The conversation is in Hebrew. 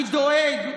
אתה בטח לא דואג.